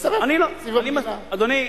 אדוני,